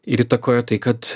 ir įtakoja tai kad